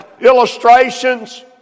illustrations